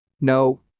no